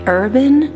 urban